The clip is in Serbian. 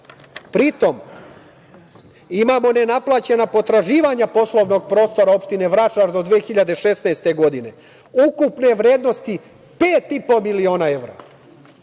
Pri tom, imamo nenaplaćena potraživanja poslovnog prostora opštine Vračar do 2016. godine, ukupne vrednosti pet i po